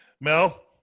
mel